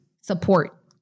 support